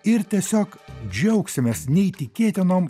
ir tiesiog džiaugsimės neįtikėtinom